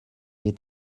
est